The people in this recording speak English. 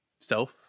self